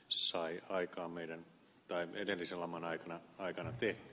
sain aikaan meidän joita edellisen laman aikana tehtiin